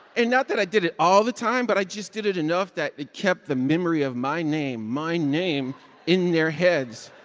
and not that i did it all the time, but i just did it enough that it kept the memory of my name my name in their heads.